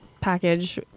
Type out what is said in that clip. package